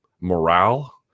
morale